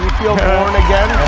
feel born again